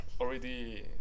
already